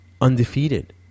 undefeated